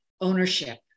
ownership